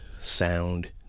sound